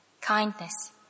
kindness